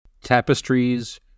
tapestries